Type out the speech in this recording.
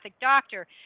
doctor